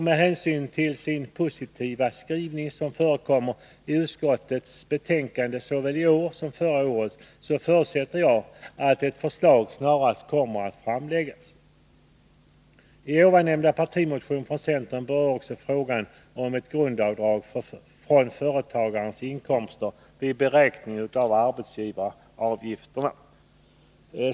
Med hänsyn till den positiva skrivningen i utskottets betänkande såväl i år som förra året förutsätter jag att ett förslag snarast kommer att framläggas. I den tidigare nämnda partimotionen från centern berörs också frågan om grundavdrag från företagares inkomster vid beräkning av arbetsgivaravgifter.